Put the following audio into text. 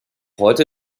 heute